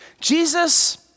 Jesus